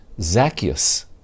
Zacchaeus